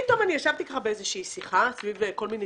פתאום אני ישבתי באיזושהי שיחה ואמרתי,